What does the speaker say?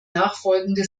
nachfolgende